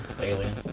Alien